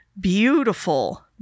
beautiful